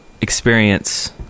experience